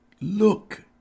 Look